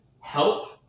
help